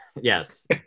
Yes